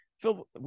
Phil